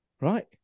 Right